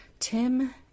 Tim